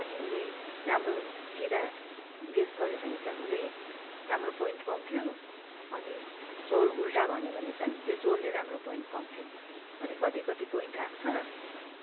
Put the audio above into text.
अनि उसले राम्रो सिधा गेस गर्यो भने चाहिँ उसले राम्रो पोइन्ट पाउँथ्यो अनि चोर उल्टा भन्यो भने चाहिँ त्यो चोरले राम्रो पोइन्ट पाउँथ्यो अनि कति कति पोइन्ट आएको छ